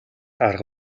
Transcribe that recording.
арга